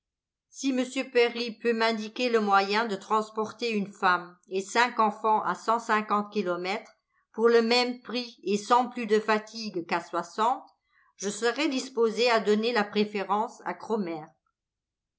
si m perry peut m'indiquer le moyen de transporter une femme et cinq enfants à cent cinquante kilomètres pour le même prix et sans plus de fatigue qu'à soixante je serais disposé à donner la préférence à cromer